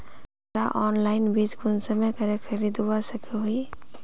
हमरा ऑनलाइन बीज कुंसम करे खरीदवा सको ही?